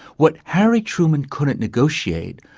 what harry truman couldn't negotiate,